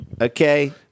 Okay